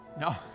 No